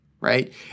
right